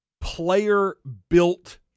player-built